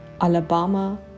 Alabama